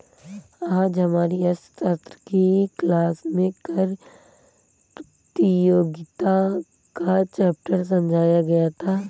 आज हमारी अर्थशास्त्र की क्लास में कर प्रतियोगिता का चैप्टर समझाया गया था